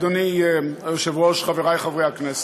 אדוני היושב-ראש, חברי חברי הכנסת,